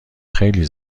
خیلی